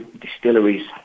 distilleries